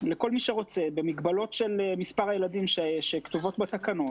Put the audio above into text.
לכל מי שרוצה במגבלות של מספר הילדים כפי שכתוב בתקנות.